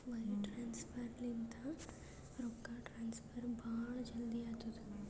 wire transfer ಲಿಂತ ರೊಕ್ಕಾ transfer ಭಾಳ್ ಜಲ್ದಿ ಆತ್ತುದ